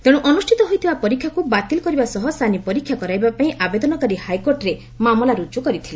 ତେଣୁ ଅନୁଷିତ ହୋଇଥିବା ପରୀକ୍ଷାକୁ ବାତିଲ୍ କରିବା ସହ ସାନି ପରୀକ୍ଷା କରିବାପାଇଁ ଆବେଦନକାରୀ ହାଇକୋର୍ଟରେ ମାମଲା ରୁଜୁ କରିଥିଲେ